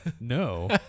no